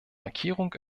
markierung